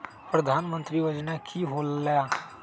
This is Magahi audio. प्रधान मंत्री योजना कि होईला?